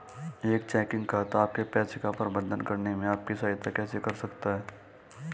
एक चेकिंग खाता आपके पैसे का प्रबंधन करने में आपकी सहायता कैसे कर सकता है?